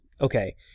okay